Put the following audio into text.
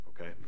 okay